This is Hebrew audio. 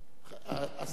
השר ארדן.